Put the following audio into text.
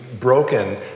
broken